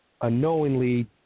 unknowingly